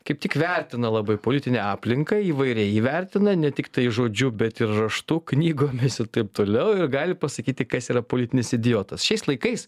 kaip tik vertina labai politinę aplinką įvairiai įvertina ne tiktai žodžiu bet ir raštu knygomis ir taip toliau ir gali pasakyti kas yra politinis idiotas šiais laikais